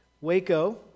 Waco